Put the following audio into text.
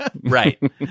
Right